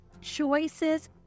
choices